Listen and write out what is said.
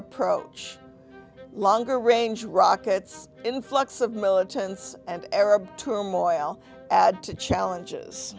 approach longer range rockets influx of militants and arab turmoil add to challenges